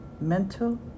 mental